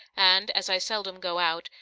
and, as i seldom go out,